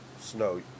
snow